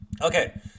Okay